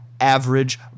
average